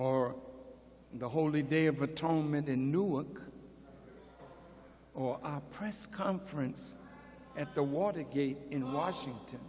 or the holy day of atonement in newark or a press conference at the watergate in washington